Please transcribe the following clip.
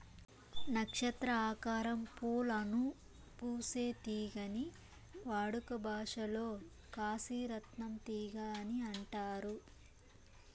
నక్షత్ర ఆకారం పూలను పూసే తీగని వాడుక భాషలో కాశీ రత్నం తీగ అని అంటారు